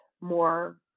more